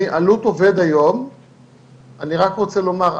אני רק רוצה לומר,